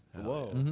Whoa